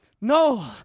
No